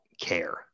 care